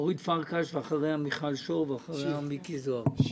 אורית פרקש; ואחריה מיכל שיר; ואחריה מיקי זוהר.